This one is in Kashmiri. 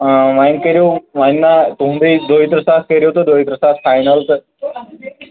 آ وۅنۍ کٔرِو وۅنۍ نا تُہُنٛدُے بوٗز اَسہِ اتھ کٔرِو تُہۍ دۅیہِ ترٕٛہ ساس فاینل تہٕ